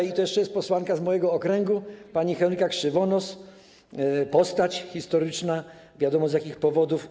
Jest tutaj też posłanka z mojego okręgu, pani Henryka Krzywonos, postać historyczna, wiadomo, z jakich powodów.